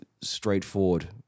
straightforward